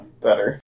better